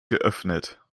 geöffnet